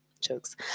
jokes